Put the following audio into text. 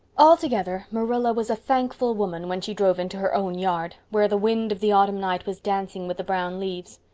altogether, marilla was a thankful woman when she drove into her own yard, where the wind of the autumn night was dancing with the brown leaves.